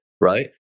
right